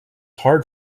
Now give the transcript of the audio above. hard